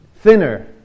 Thinner